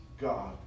God